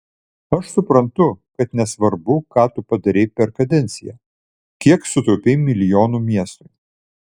aš suprantu kad nesvarbu ką tu padarei per kadenciją kiek sutaupei milijonų miestui